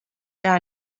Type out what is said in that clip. teha